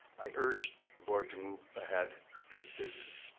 i urge the board to move ahead with this